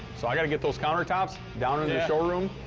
so i've got to get those countertops down into the showroom,